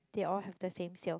they all have the same sale